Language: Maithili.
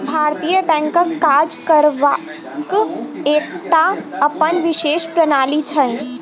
भारतीय बैंकक काज करबाक एकटा अपन विशेष प्रणाली छै